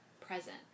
present